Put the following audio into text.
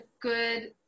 good